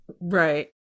Right